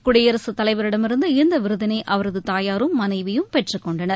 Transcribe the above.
குடியரசுத்தலைவரிடமிருந்து இந்த விருதினை அவரது தாயாரும் மனைவியும் பெற்றுக்கொண்டனர்